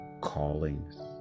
callings